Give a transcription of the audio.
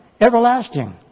everlasting